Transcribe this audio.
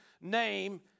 name